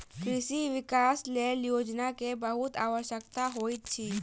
कृषि विकासक लेल योजना के बहुत आवश्यकता होइत अछि